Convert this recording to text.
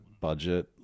budget